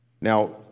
Now